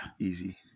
easy